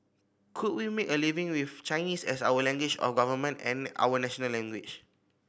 could we make a living with Chinese as our language of government and our national language